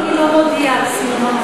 לא מודיע על סיום,